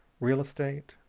real estate,